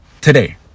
today